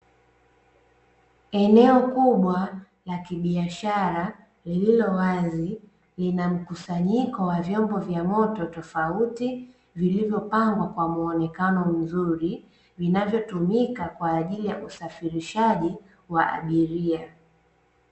Eneo kubwa la kibiashara lililowazi, lina mkusanyiko wa vyombo vya moto tofauti vilivyopangwa kwa muonekano mzuri, vinayotumika kwa ajili ya usafirishaji wa abiria.